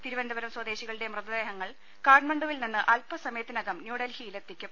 തിരുവനന്തപുരം സ്വദശികളുടെ മൃതദേഹങ്ങൾ കാഠ്മണ്ഡുവിൽ നിന്ന് അല്പസമയത്തിനകം ന്യൂഡൽഹിയിൽ എത്തിക്കും